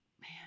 man